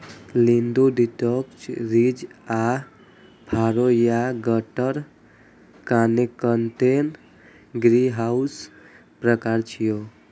lean to detached, ridge आ furrow या gutter connected ग्रीनहाउसक प्रकार छियै